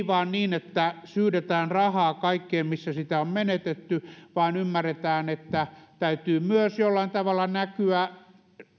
vain niin että syydetään rahaa kaikkeen missä sitä on menetetty vaan ymmärretään että täytyy myös jollain tavalla näkyä